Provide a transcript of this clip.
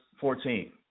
14